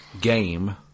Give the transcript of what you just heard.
game